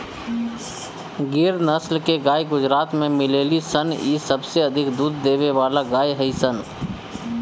गिर नसल के गाई गुजरात में मिलेली सन इ सबसे अधिक दूध देवे वाला गाई हई सन